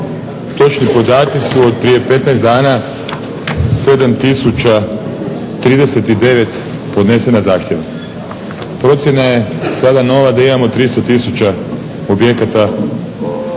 točni su podaci su od prije 15 dana 7 039 podnesena zahtjeva. Procjena je sada nova da imamo 300 tisuća objekata